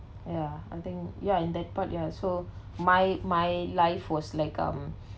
ya I think ya in that part ya so my my life was like um